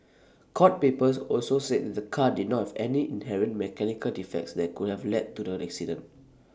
court papers also said the car did not have any inherent mechanical defects that could have led to the accident